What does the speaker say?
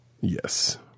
Yes